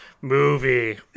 movie